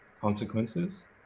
consequences